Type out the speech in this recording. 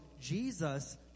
Jesus